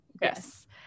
yes